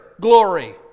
glory